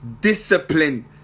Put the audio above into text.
discipline